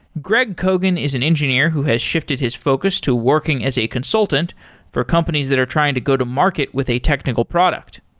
greg kogan is an engineer who has shifted his focus to working as a consultant for companies that are trying to go to market with a technical product.